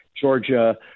Georgia